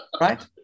right